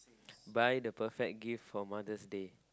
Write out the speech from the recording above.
buy the perfect gift for Mother's Day